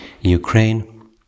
Ukraine